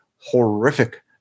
horrific